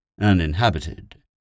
uninhabited